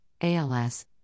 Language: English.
ALS